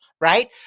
right